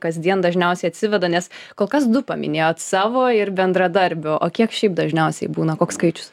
kasdien dažniausiai atsiveda nes kol kas du paminėjot savo ir bendradarbio o kiek šiaip dažniausiai būna koks skaičius